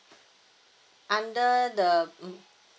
under the mm